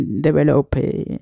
develop